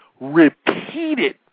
repeated